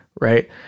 Right